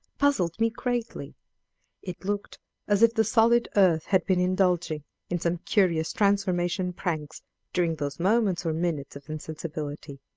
puzzled me greatly it looked as if the solid earth had been indulging in some curious transformation pranks during those moments or minutes of insensibility.